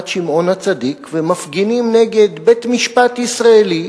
שמעון-הצדיק ומפגינים נגד בית-משפט ישראלי,